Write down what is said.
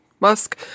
Musk